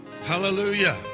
Hallelujah